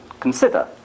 Consider